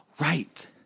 Right